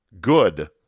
good